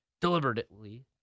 deliberately